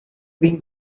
being